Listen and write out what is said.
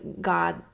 God